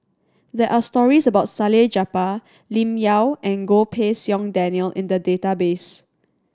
there are stories about Salleh Japar Lim Yau and Goh Pei Siong Daniel in the database